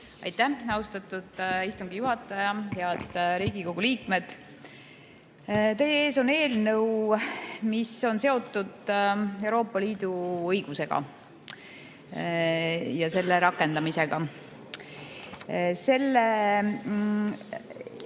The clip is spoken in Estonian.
Aitäh, austatud istungi juhataja! Head Riigikogu liikmed! Teie ees on eelnõu, mis on seotud Euroopa Liidu õigusega ja selle rakendamisega. See